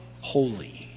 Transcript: holy